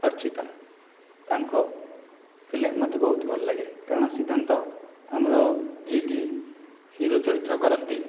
ଅର୍ଚ୍ଚିତା ତାଙ୍କ ଫିଲ୍ମ ମୋତେ ବହୁତ ଭଲ ଲାଗେ କାରଣ ସିଦ୍ଧାନ୍ତ ଆମର ଯେ କି ହିରୋ ଚରିତ୍ର କରନ୍ତି